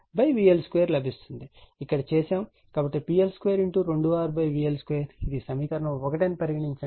కాబట్టి PL2 2 R VL2 ఇది సమీకరణం 1